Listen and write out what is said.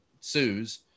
sues